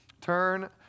turn